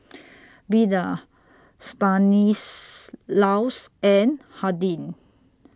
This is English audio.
Beda Stanislaus and Hardin